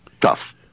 tough